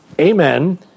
Amen